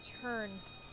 turns